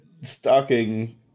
stalking